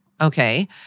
Okay